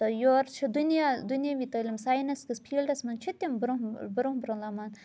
تہٕ یور چھِ دُنیا دُنیاوِی تٲلیٖم ساینَس کِس فیٖلڈَس منٛز چھِ تِم برٛونٛہہ برٛونٛہہ برٛونٛہہ لَمان